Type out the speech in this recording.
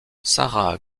sarah